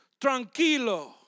Tranquilo